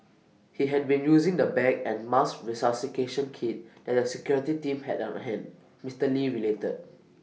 he had been using the bag and mask resuscitation kit that the security team had on hand Mister lee related